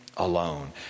Alone